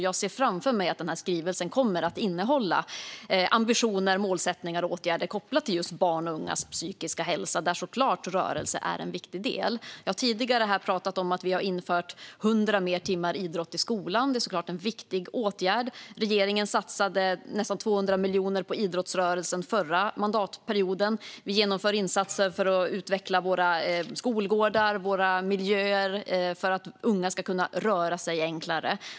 Jag ser framför mig att skrivelsen kommer att innehålla ambitioner, målsättningar och åtgärder kopplade till just barns och ungas psykiska hälsa, där rörelse såklart är en viktig del. Jag har tidigare talat om att vi har infört 100 timmar mer idrott i skolan. Detta är såklart en viktig åtgärd. Regeringen satsade nästan 200 miljoner på idrottsrörelsen förra mandatperioden. Vi genomför insatser för att utveckla våra skolgårdar och våra miljöer för att unga enklare ska kunna röra sig.